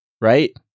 Right